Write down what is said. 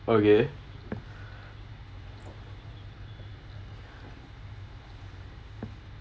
okay